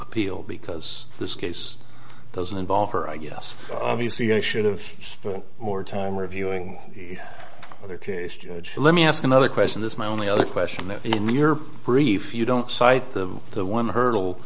appeal because this case doesn't involve her i guess obviously they should've spent more time reviewing their case judge let me ask another question this my only other question that in your brief you don't cite the the one hurdle